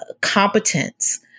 competence